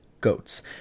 goats